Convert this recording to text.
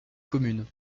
commune